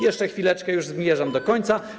Jeszcze chwileczkę, już zmierzam do końca.